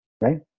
right